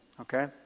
okay